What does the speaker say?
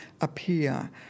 appear